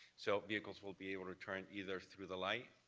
so vehicles will be able to turn either through the light,